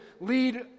lead